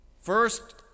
First